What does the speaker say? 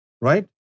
right